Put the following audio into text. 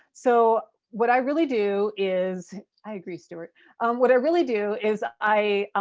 so what i really do is i agree stewart what i really do is i